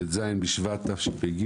ט"ז בשבט התשפ"ג